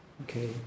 Okay